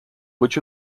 which